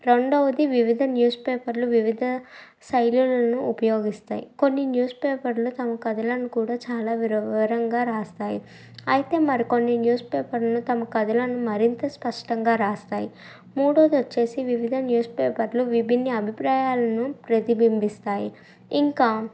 రెండవది వివిధ న్యూస్ పేపర్లు వివిధ శైలులను ఉపయోగిస్తాయి కొన్ని న్యూస్ పేపర్లు తమ కథలను కూడా చాలా విరవ వివరంగా రాస్తాయి అయితే మరికొన్ని న్యూస్ పేపర్లు తమ కథలను మరింత స్పష్టంగా రాస్తాయి మూడవది వచ్చేసి వివిధ న్యూస్ పేపర్లు విభిన్న అభిప్రాయాలను ప్రతిబింబిస్తాయి ఇంకా